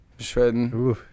Shredding